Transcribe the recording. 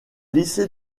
lycée